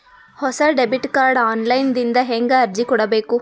ಹೊಸ debit card online ದಿಂದ ಹೇಂಗ ಅರ್ಜಿ ಕೊಡಬೇಕು?